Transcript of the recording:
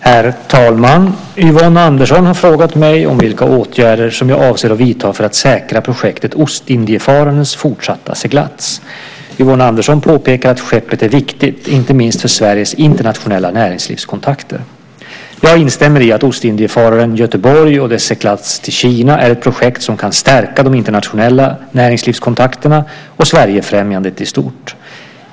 Herr talman! Yvonne Andersson har frågat mig vilka åtgärder jag avser att vidta för att säkra projektet Ostindiefararens fortsatta seglats. Yvonne Andersson påpekar att skeppet är viktigt inte minst för Sveriges internationella näringslivskontakter. Jag instämmer i att Ostindiefararen Götheborg och dess seglats till Kina är ett projekt som kan stärka de internationella näringslivskontakterna och Sverigefrämjandet i stort.